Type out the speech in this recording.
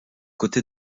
côtés